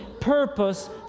purpose